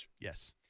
Yes